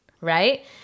Right